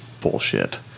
bullshit